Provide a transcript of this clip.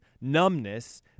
numbness